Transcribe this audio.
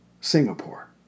Singapore